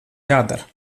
jādara